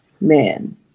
man